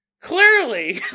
Clearly